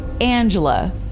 Angela